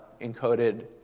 encoded